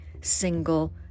single